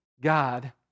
God